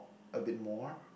a bit more